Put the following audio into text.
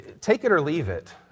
Take-it-or-leave-it